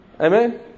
Amen